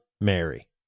Mary